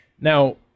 Now